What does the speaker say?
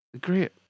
Great